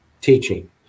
teaching